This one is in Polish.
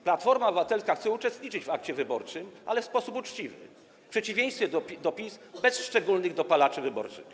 Platforma Obywatelska chce uczestniczyć w akcie wyborczym, ale w sposób uczciwy, w przeciwieństwie do PiS bez szczególnych dopalaczy wyborczych.